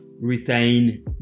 retain